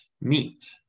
meet